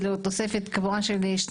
תוספת קבועה של 2